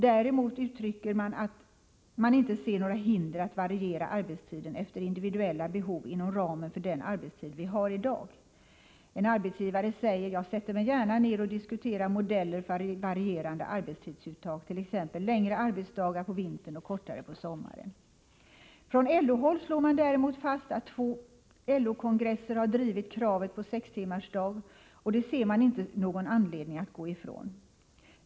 Däremot uttrycker man att man inte ser några hinder att variera arbetstiden efter individuella behov inom ramen för den arbetstid vi har i dag. En arbetsgivare säger: ”Jag sätter mig gärna ner och diskuterar modeller för varierande arbetstidsuttag, t.ex. längre arbetsdagar på vintern och kortare på sommaren.” Från LO-håll slår man däremot fast att två LO-kongresser har drivit kravet på sextimmarsdag, och det ser man inte någon anledning att gå ifrån.